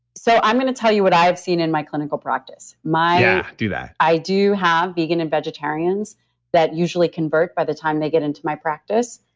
so, i'm going to tell you what i have seen in my clinical practice? yeah, do that i do have vegan and vegetarians that usually convert by the time they get into my practice.